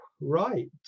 Right